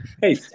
Hey